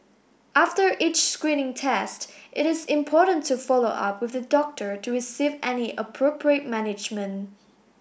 after each screening test it is important to follow up with the doctor to receive any appropriate management